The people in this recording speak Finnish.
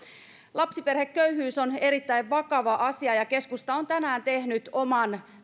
lapsiperheköyhyys on erittäin vakava asia ja keskusta on tänään tehnyt oman